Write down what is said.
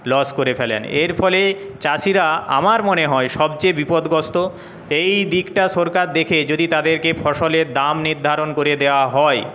loss করে ফেলেন এর ফলে চাষিরা আমার মনে হয় সবচেয়ে বিপদগ্রস্ত এই দিকটা সরকার দেখে যদি তাদেরকে ফসলের দাম নির্ধারণ করে দেওয়া হয়